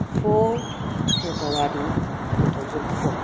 four February two thousand four